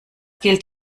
gilt